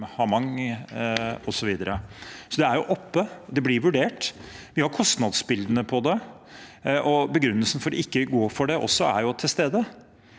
Bærum–Hamang, osv. Det er oppe, det blir vurdert, og vi har kostnadsbildene på det. Begrunnelsen for ikke å gå for det er også til stede,